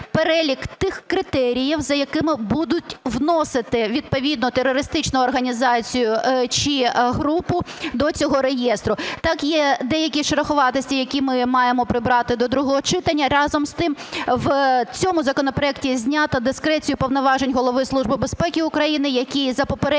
перелік тих критеріїв, за якими будуть вносити відповідну терористичну організацію чи групу до цього реєстру. Так, є деякі шероховатості, які ми маємо прибрати до другого читання. Разом з тим в цьому законопроекті знято дискрецію повноважень Голови Служби безпеки України, які за попередніми